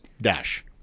dash